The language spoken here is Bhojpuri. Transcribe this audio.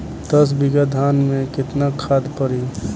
दस बिघा धान मे केतना खाद परी?